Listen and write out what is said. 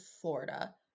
Florida